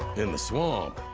in the swamp,